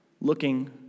looking